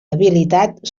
habilitat